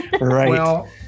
Right